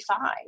five